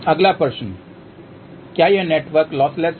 अगला प्रश्न क्या यह नेटवर्क लॉसलेस है